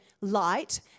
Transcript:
light